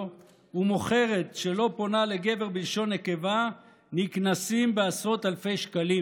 ומוכרת שלא פונה לגבר בלשון נקבה נקנסים בעשרות אלפי שקלים,